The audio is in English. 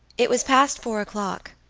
it was past four o'clock,